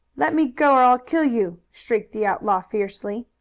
let me go or i'll kill you! shrieked the outlaw fiercely.